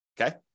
okay